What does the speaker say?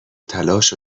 تلاش